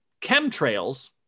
chemtrails